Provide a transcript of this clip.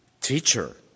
Teacher